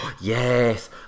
yes